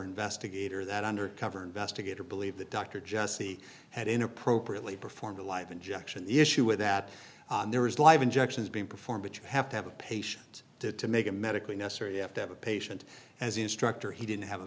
investigator that undercover investigator believe that dr juste had in appropriately performed a live injection issue with that there was live injections being performed but you have to have a patient to to make a medically necessary you have to have a patient as an instructor he didn't have a